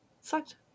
Sucked